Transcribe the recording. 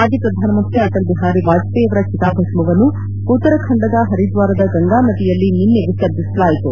ಮಾಜಿ ಪ್ರಧಾನಮಂತ್ರಿ ಅಟಲ್ ಬಿಹಾರಿ ವಾಜಪೇಯಿ ಅವರ ಚಿತಾಭಸ್ಮವನ್ನು ಉತ್ತರಖಂಡದ ಹರಿದ್ವಾರದ ಗಂಗಾ ನದಿಯಲ್ಲಿ ನಿನ್ನೆ ವಿಸರ್ಜಿಸಲಾಯಿತು